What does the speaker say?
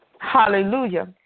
Hallelujah